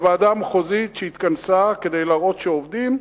הוועדה המחוזית, שהתכנסה כדי להראות שעובדים,